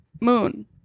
Moon